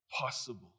possible